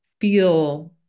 feel